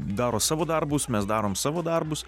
daro savo darbus mes darom savo darbus